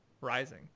rising